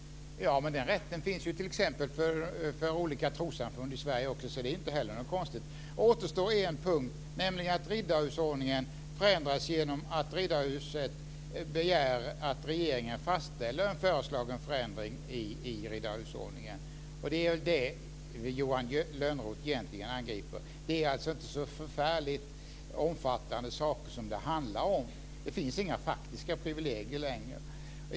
Den rätten finns t.ex. för olika trossamfund i Sverige. Det är inte heller något konstigt. Det återstår en punkt, nämligen att riddarhusordningen förändras genom att Riddarhuset begär att regeringen fastställer en föreslagen förändring i riddarhusordningen. Det är vad Johan Lönnroth egentligen angriper. Det är inte så förfärligt omfattande saker det handlar om. Det finns inga faktiska privilegier längre.